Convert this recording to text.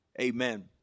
amen